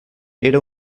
era